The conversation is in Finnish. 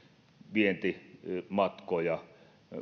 vientimatkoja